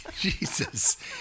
Jesus